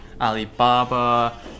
Alibaba